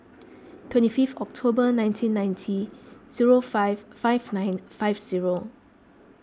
twenty fifth October nineteen ninety zero five five nine five zero